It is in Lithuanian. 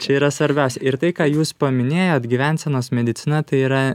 čia yra svarbiausia ir tai ką jūs paminėjot gyvensenos medicina tai yra